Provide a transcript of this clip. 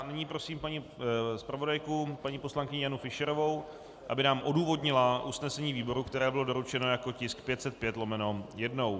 Nyní prosím zpravodajku paní poslankyni Janu Fischerovou, aby nám odůvodnila usnesení výboru, které bylo doručeno jako sněmovní tisk 505/1.